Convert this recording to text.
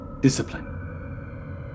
Discipline